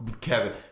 Kevin